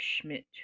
Schmidt